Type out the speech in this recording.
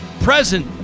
present